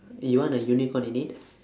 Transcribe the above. and you want a unicorn in it